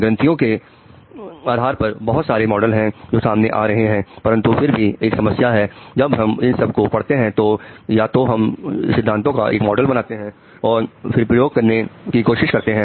ग्रंथियों के आधार पर बहुत सारे मॉडल है जो सामने आ रहे हैं परंतु फिर भी एक समस्या है जब हम इन सब को पढ़ते हैं तो या तो हम सिद्धांत एक मॉडल बनाते हैं और फिर प्रयोग करने की कोशिश करते हैं